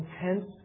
intense